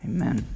Amen